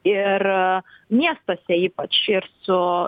ir miestuose ypač ir su